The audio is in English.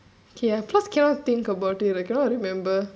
K cause cannot think about it like cannot remember